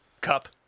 cup